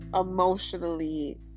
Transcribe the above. emotionally